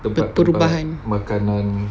pertumbuhan